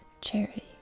charity